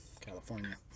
California